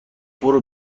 برو